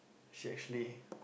she actually